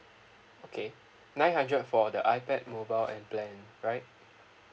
okay nine hundred for the ipad mobile and plan right